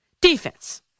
defense